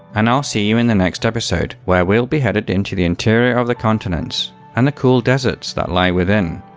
and i'll see you in the next episode, where we'll be headed into the interior of the continents and the cool deserts that lie within.